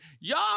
Y'all